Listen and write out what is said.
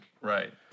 Right